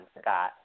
Scott